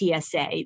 TSA